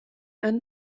and